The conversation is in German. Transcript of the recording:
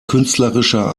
künstlerischer